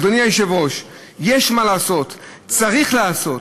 אדוני היושב-ראש, יש מה לעשות, צריך לעשות,